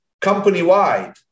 company-wide